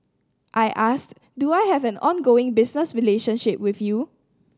I asked do I have an ongoing business relationship with you